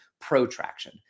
protraction